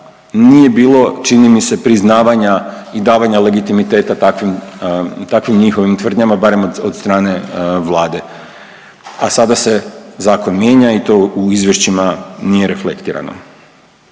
nije bilo čini mi se priznavanja i davanja legitimiteta takvim, takvim njihovih tvrdnjama barem od strane Vlade, a sada se zakon mijenja i to u izvješćima nije reflektirano.